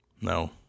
No